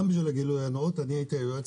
גם בשביל הגילוי הנאות אני הייתי היועץ